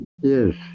Yes